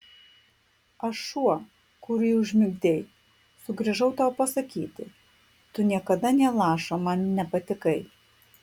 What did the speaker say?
aš šuo kurį užmigdei sugrįžau tau pasakyti tu niekada nė lašo man nepatikai